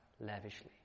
lavishly